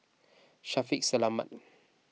Shaffiq Selamat